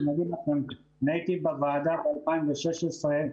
הייתי בוועדה ב-2016,